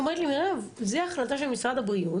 היא אומרת לי: מירב, זו החלטה של משרד הבריאות.